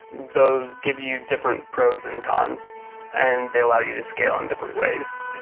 those give you different pros and cons and they allow you to scale in different ways.